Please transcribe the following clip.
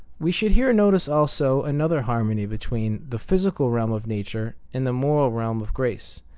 we should here notice also another harmony between the physical realm of nature and the moral realm of grace,